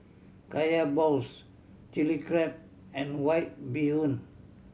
Kaya balls Chilli Crab and White Bee Hoon